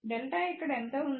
Δ ఇక్కడ ఏంత ఉంది